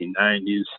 1990s